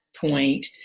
point